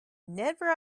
never